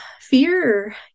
fear